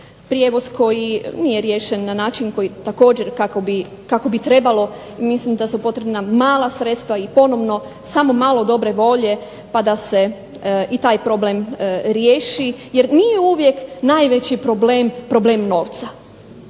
Prijevoz koji nije riješen na način koji također kako bi trebalo. Mislim da su potrebna mala sredstva i ponovno samo malo dobre volje pa da se i taj problem riješi. Jer nije uvijek najveći problem problem novca.